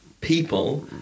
people